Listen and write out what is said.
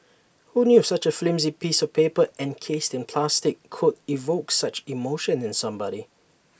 who knew such A flimsy piece of paper encased in plastic could evoke such emotion in somebody